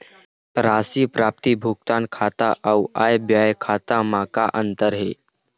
राशि प्राप्ति भुगतान खाता अऊ आय व्यय खाते म का अंतर हे?